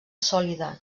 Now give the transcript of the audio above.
sòlida